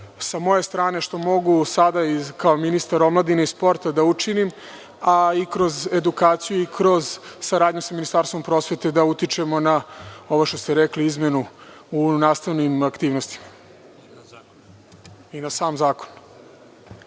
sa moje strane, što mogu sada kao ministar omladine i sporta da učinim, a i kroz edukaciju i kroz saradnju sa Ministarstvom prosvete, da utičemo na ovo što ste rekli, izmenu u nastavnim aktivnostima i na sam zakon.